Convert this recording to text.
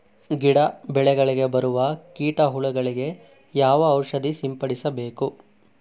ಗಿಡ, ಬೆಳೆಗಳಿಗೆ ಬರುವ ಕೀಟ, ಹುಳಗಳಿಗೆ ಯಾವ ಔಷಧ ಸಿಂಪಡಿಸಬೇಕು?